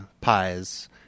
pies